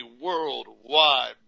worldwide